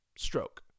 Stroke